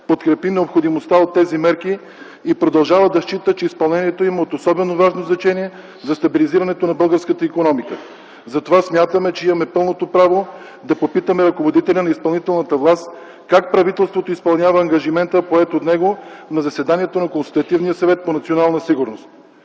подкрепи необходимостта от тези мерки и продължава да счита, че изпълнението им е от особено важно значение за стабилизирането на българската икономика. Затова смятаме, че имаме пълното право да попитаме ръководителя на изпълнителната власт как правителството изпълнява ангажимента, поет от него на заседанието на Консултативния съвет по национална сигурност.